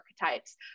archetypes